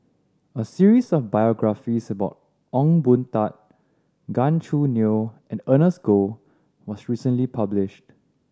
a series of biographies about Ong Boon Tat Gan Choo Neo and Ernest Goh was recently published